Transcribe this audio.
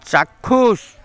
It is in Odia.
ଚାକ୍ଷୁଷ